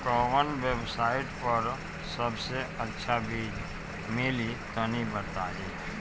कवन वेबसाइट पर सबसे अच्छा बीज मिली तनि बताई?